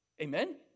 Amen